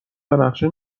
تانقشه